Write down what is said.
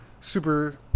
super